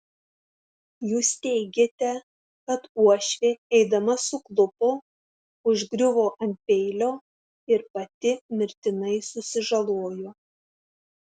jūs teigiate kad uošvė eidama suklupo užgriuvo ant peilio ir pati mirtinai susižalojo